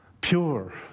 pure